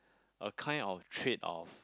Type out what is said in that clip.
a kind of trade of